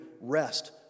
rest